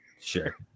Sure